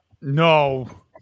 No